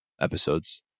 episodes